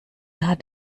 hat